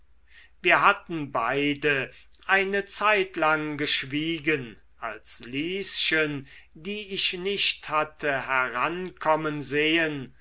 wir hatten beide eine zeitlang geschwiegen als lieschen die ich nicht hatte herankommen sehen